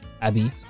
Abby